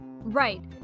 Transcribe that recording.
Right